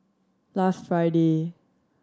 last Friday